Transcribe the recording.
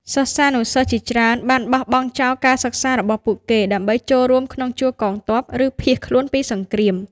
សិស្សានុសិស្សជាច្រើនបានបោះបង់ចោលការសិក្សារបស់ពួកគេដើម្បីចូលរួមក្នុងជួរកងទ័ព ឬភៀសខ្លួនពីសង្គ្រាម។